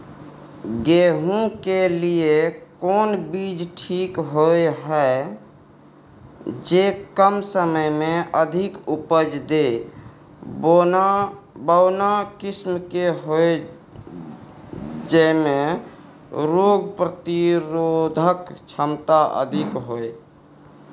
गेहूं के लिए कोन बीज ठीक होय हय, जे कम समय मे अधिक उपज दे, बौना किस्म के होय, जैमे रोग प्रतिरोधक क्षमता अधिक होय?